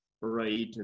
right